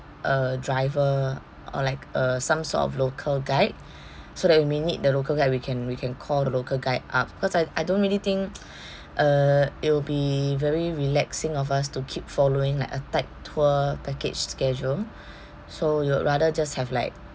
a driver or like a some sort of local guide so that when we need the local guide we can we can call the local guide up cause I I don't really think uh it will be very relaxing of us to keep following like a tight tour package schedule so would rather just have like